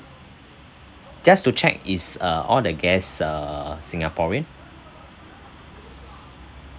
just to check is uh all the guests err singaporean